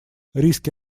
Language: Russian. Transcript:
риски